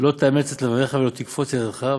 'לא תאמץ את לבבך ולא תקפץ את ידך'.